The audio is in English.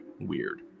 weird